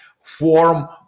form